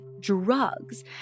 drugs